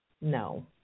No